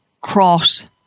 cross